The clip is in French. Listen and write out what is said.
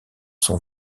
sont